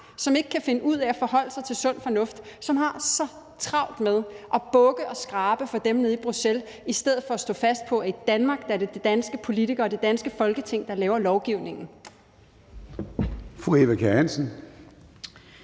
som ikke kan finde ud af at forholde sig til sund fornuft, og som har så travlt med at bukke og skrabe for dem nede i Bruxelles i stedet for at stå fast på, at det i Danmark er de danske politikere og det danske Folketing, der laver lovgivningen.